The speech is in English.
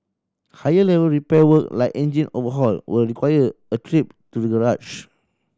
higher level repair work like engine overhaul will require a trip to the garage